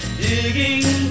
digging